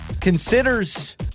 considers